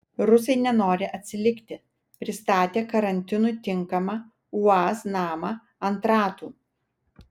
rusai nenori atsilikti pristatė karantinui tinkamą uaz namą ant ratų